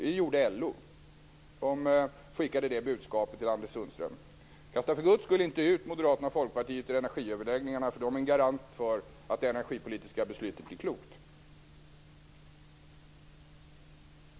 Det gjorde LO och skickade det budskapet till Anders Sundström: Kasta för Guds skull inte ut Moderaterna och Folkpartiet ur energiöverläggningarna för de är en garant för att det energipolitiska beslutet blir klokt.